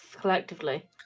collectively